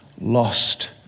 lost